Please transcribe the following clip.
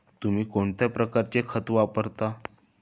तुम्ही कोणत्या प्रकारचे खत वापरता?